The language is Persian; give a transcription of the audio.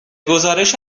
گزارش